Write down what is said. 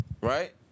Right